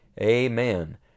Amen